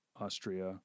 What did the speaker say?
Austria